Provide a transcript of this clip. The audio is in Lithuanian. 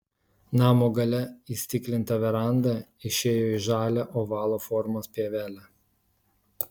namo gale įstiklinta veranda išėjo į žalią ovalo formos pievelę